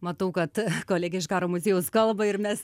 matau kad kolegė iš karo muziejaus kalba ir mes